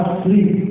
sleep